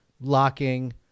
locking